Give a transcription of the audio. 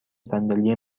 صندلی